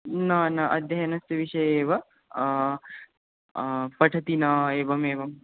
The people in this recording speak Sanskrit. न न अध्ययनस्य विषये एव पठति न एवमेवम्